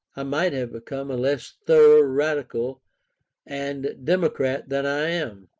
i might have become a less thorough radical and democrat than i am.